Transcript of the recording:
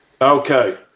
Okay